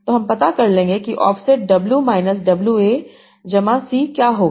तो हम पता कर लेंगे कि ऑफसेट wb माइनस wa जमा c क्या होगा